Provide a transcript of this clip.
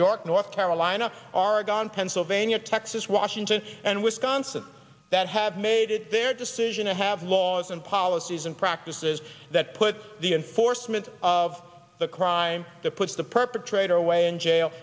york north carolina oregon pennsylvania texas washington and wisconsin that have made their decision to have laws and policies and practices that put the enforcement of the crime that puts the perpetrator away in jail